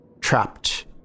trapped